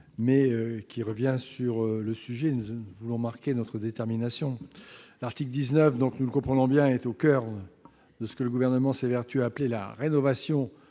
sur un sujet sur lequel nous voulons montrer notre détermination. L'article 19, nous le comprenons bien, est au coeur de ce que le Gouvernement s'évertue à appeler la rénovation